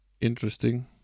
interesting